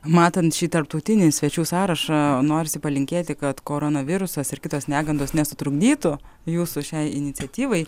matant šį tarptautinį svečių sąrašą norisi palinkėti kad koronavirusas ir kitos negandos nesutrukdytų jūsų šiai iniciatyvai